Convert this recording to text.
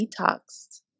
detoxed